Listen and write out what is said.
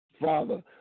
Father